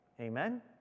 Amen